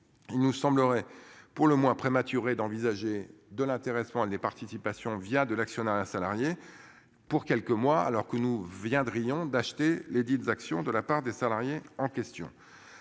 Il nous semblerait pour le moins prématuré d'envisager de l'intéressement les participations via de l'actionnariat salarié pour quelques mois alors que nous reviendrions d'acheter les 10 actions de la part des salariés en question.